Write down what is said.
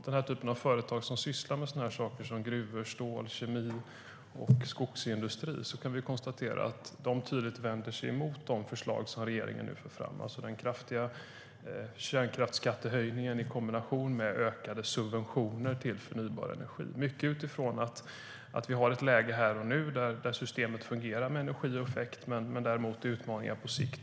Den typ av företag som sysslar med sådant som gruvor, stål, kemi och skogsindustri vänder sig mycket tydligt mot de förslag som regeringen nu för fram, alltså den kraftiga kärnkraftsskattehöjningen i kombination med ökade subventioner till förnybar energi. Vi har här ett läge där systemet fungerar med energi och effekt, men det är utmaningar på sikt.